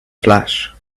flash